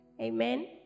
amen